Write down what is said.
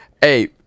Hey